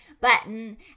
button